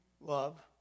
love